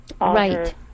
right